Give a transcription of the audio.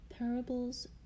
Parables